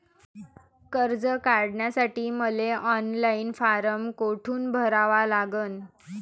कर्ज काढासाठी मले ऑनलाईन फारम कोठून भरावा लागन?